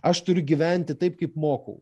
aš turiu gyventi taip kaip mokau